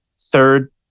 third